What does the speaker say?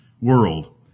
world